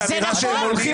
זה נכון.